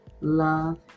love